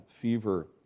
fever